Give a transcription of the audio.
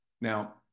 Now